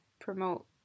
promote